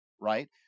right